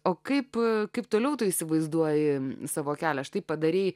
o kaip kaip toliau tu įsivaizduoji savo kelią aš taip padarei